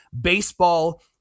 baseball